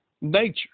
nature